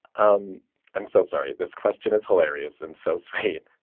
um i'm so sorry. this question is hilarious and so sweet